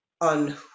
on